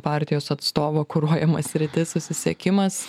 partijos atstovo kuruojama sritis susisiekimas